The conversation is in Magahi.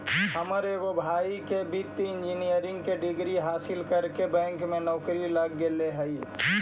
हमर एगो भाई के वित्तीय इंजीनियरिंग के डिग्री हासिल करके बैंक में नौकरी लग गेले हइ